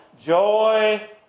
joy